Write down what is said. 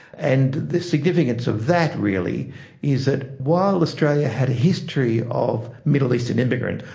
and the significance of that really is that while australia had a history of middle eastern immigrants,